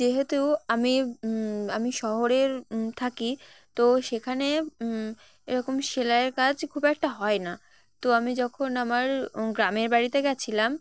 যেহেতু আমি আমি শহরে থাকি তো সেখানে এরকম সেলাইয়ের কাজ খুব একটা হয় না তো আমি যখন আমার গ্রামের বাড়িতে গিয়েছিলাম